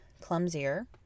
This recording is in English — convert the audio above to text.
clumsier